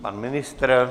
Pan ministr?